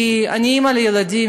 כי אני אימא לילדים.